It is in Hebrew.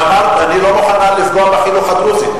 ואמרת: אני לא מוכנה לפגוע בחינוך הדרוזי.